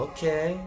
Okay